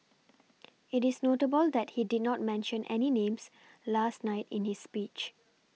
it is notable that he did not mention any names last night in his speech